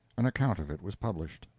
an account of it was published.